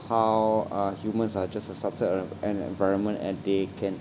how are humans are just a subject on the an environment and they can